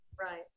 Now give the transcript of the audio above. right